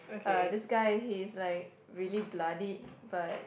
uh this guy he is like really bloodied but